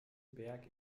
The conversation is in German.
berg